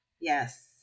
Yes